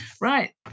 Right